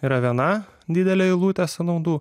yra viena didelė eilutė sąnaudų